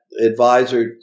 advisor